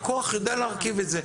הכוח יודע להרכיב את זה.